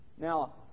Now